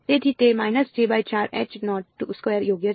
તેથી તે યોગ્ય છે